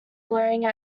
glaring